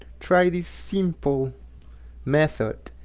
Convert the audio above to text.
try this simple method.